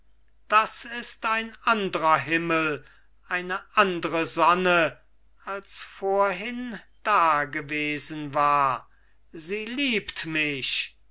das ist ein andrer himmel eine andre sonne als vorhin dagewesen war sie liebt mich